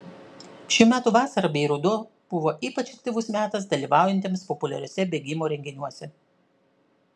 šių metų vasara bei ruduo buvo ypač aktyvus metas dalyvaujantiems populiariuose bėgimo renginiuose